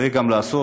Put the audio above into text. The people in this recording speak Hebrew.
צריך גם לעשות.